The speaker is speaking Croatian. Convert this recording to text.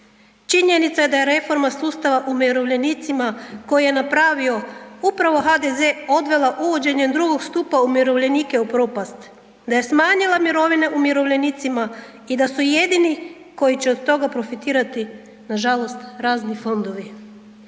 Činjenica je da je reforma sustava umirovljenicima koje je napravio upravo HDZ odvela uvođenjem II. stupa umirovljenike u propast, da je smanjila mirovine umirovljenicima i da su jedini koji će od toga profitirati nažalost razni fondovi.